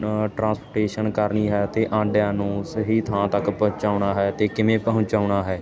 transportation ਕਰਨੀ ਹੈ ਅਤੇ ਆਂਡਿਆਂ ਨੂੰ ਸਹੀ ਥਾਂ ਤੱਕ ਪਹੁੰਚਾਉਣਾ ਹੈ ਤੇ ਕਿਵੇਂ ਪਹੁੰਚਾਉਣਾ ਹੈ